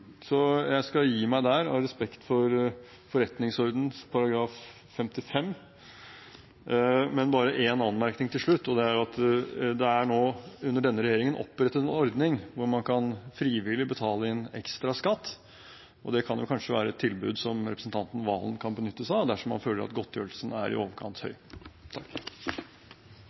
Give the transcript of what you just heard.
så jeg skal gi meg der i respekt for forretningsordenens § 55. Bare en anmerkning til slutt: Det er under denne regjeringen opprettet en ordning hvor man frivillig kan betale inn ekstraskatt. Det kan kanskje være et tilbud som representanten Valen kan benytte seg av, dersom han føler at godtgjørelsen er i overkant høy.